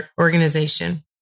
organization